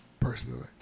Personally